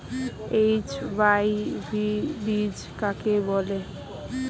HYV বীজ কাকে বলে?